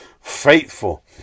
faithful